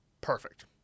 Perfect